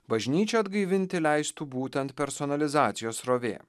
bažnyčią atgaivinti leistų būtent personalizacijos srovė